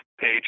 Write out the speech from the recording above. page